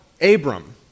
Abram